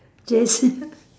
J_C